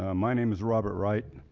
ah my name is robert wright.